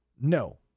No